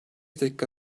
dakika